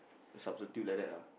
substitute like that ah